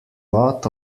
lot